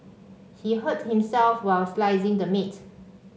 he hurt himself while slicing the meat